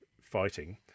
fighting